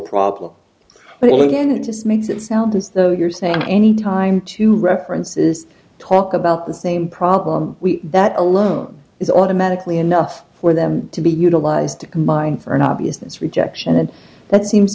problem but again it just makes it sound as though you're saying any time to references talk about the same problem that alone is automatically enough for them to be utilized to combine for an obvious this rejection and that seems